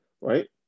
right